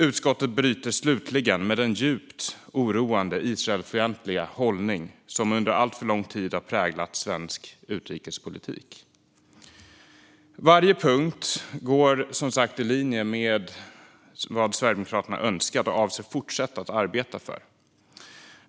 Utskottet bryter slutligen med den djupt oroande Israelfientliga hållning som under alltför lång tid har präglat svensk utrikespolitik. Varje punkt går som sagt i linje med vad Sverigedemokraterna har önskat och avser fortsätta att arbeta för.